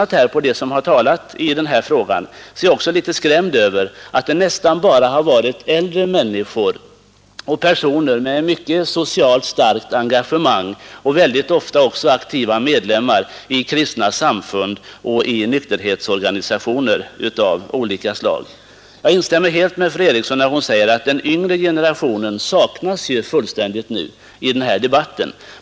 Jag är litet skrämd över att behöva konstatera att de som i dag har talat i denna fråga nästan genomgående är äldre människor och personer med mycket starkt socialt engagemang och ofta också aktiva medlemmar i kristna samfund och nykterhetsorganisationer av olika slag. Den yngre generationen av riksdagsledamöterna saknas fullständigt i den här debatten.